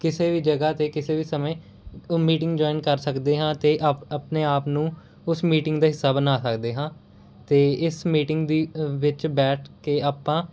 ਕਿਸੇ ਵੀ ਜਗ੍ਹਾ 'ਤੇ ਕਿਸੇ ਵੀ ਸਮੇਂ ਉਹ ਮੀਟਿੰਗ ਜੁਆਇਨ ਕਰ ਸਕਦੇ ਹਾਂ ਅਤੇ ਅਪ ਆਪਣੇ ਆਪ ਨੂੰ ਉਸ ਮੀਟਿੰਗ ਦਾ ਹਿੱਸਾ ਬਣਾ ਸਕਦੇ ਹਾਂ ਅਤੇ ਇਸ ਮੀਟਿੰਗ ਦੀ ਅ ਵਿੱਚ ਬੈਠ ਕੇ ਆਪਾਂ